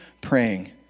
praying